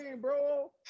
bro